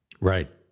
Right